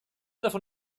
davon